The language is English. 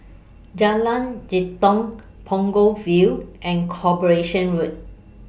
Jalan Jitong Punggol Field and Corporation Road